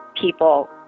people